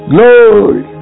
Glory